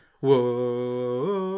Whoa